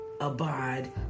Abide